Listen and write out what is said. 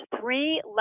three